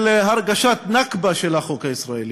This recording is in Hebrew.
של הרגשת נכבה של החוק הישראלי,